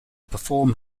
perform